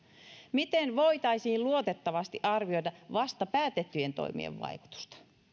miten voitaisiin luotettavasti arvioida vasta päätettyjen toimien vaikutusta